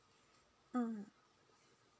mm